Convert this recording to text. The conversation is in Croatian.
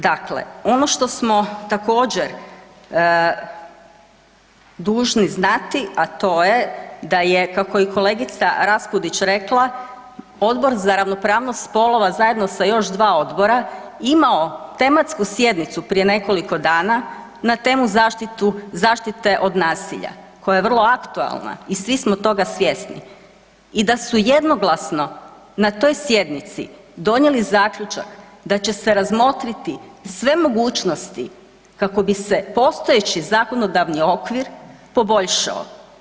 Dakle, ono što smo također dužni znati, a to je da je, kako je i kolegica Raspudić rekla, Odbor za ravnopravnost spolova zajedno sa još dva odbora imao tematsku sjednicu prije nekoliko dana na temu zaštite od nasilja koja je vrlo aktualna i svi smo toga svjesni i da su jednoglasno na toj sjednici donijeli zaključak da će se razmotriti sve mogućnosti kako bi se postojeći zakonodavni okvir poboljšao.